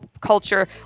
culture